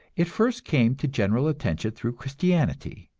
it first came to general attention through christianity,